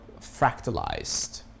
fractalized